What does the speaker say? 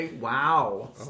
wow